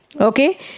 okay